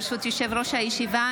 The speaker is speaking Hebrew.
ברשות יושב-ראש הישיבה,